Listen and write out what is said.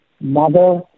mother